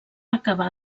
acabar